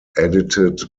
edited